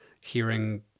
hearing